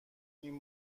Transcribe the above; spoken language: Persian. این